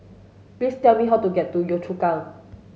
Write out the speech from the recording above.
please tell me how to get to Yio Chu Kang